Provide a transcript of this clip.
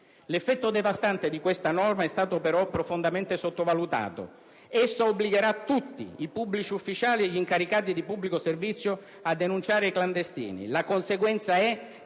l'effetto devastante di questa norma è stato profondamente sottovalutato. Essa obbligherà infatti tutti i pubblici ufficiali e gli incaricati di pubblico servizio a denunciare i clandestini. La conseguenza è che